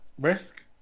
risk